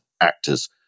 actors